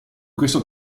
questo